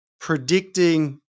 predicting